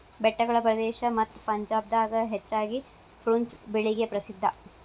ಬೆಟ್ಟಗಳ ಪ್ರದೇಶ ಮತ್ತ ಪಂಜಾಬ್ ದಾಗ ಹೆಚ್ಚಾಗಿ ಪ್ರುನ್ಸ್ ಬೆಳಿಗೆ ಪ್ರಸಿದ್ಧಾ